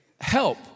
Help